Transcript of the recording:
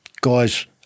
guys